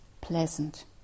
pleasant